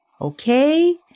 Okay